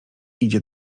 idzie